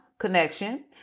Connection